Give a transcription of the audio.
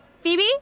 Phoebe